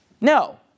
No